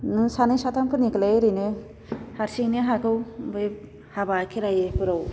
नों सानै साथामफोरनिखौलाय ओरैनो हारसिंनो हागौ ओमफ्राय हाबा खेराइफोराव